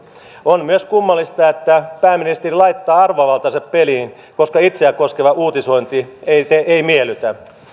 on myös kummallista että pääministeri laittaa arvovaltansa peliin koska itseä koskeva uutisointi ei miellytä